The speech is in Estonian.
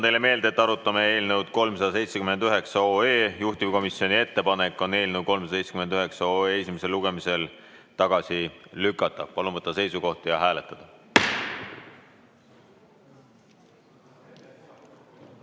teile meelde, et me arutame eelnõu 379. Juhtivkomisjoni ettepanek on eelnõu 379 esimesel lugemisel tagasi lükata. Palun võtta seisukoht ja hääletada!